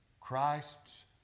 Christ's